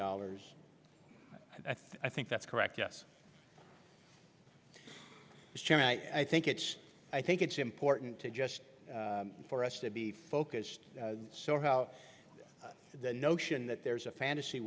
dollars i think that's correct yes i think it's i think it's important to just for us to be focused so how the notion that there's a fantasy